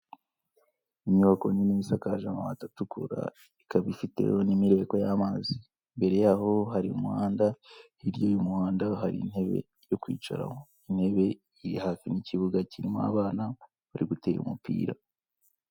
Inyubako nini isakaje amabati atukura ikaba ifite n'imireko y'amazi, imbere yaho hari umuhanda hirya y'umuhanda hari intebe yo kwicararaho, intebe iri hafi n'ikibuga kirimo abana bari gutera umupira.